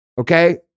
Okay